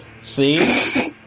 See